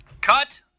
Cut